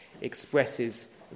expresses